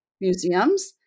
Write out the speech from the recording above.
museums